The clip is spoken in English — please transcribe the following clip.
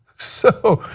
so,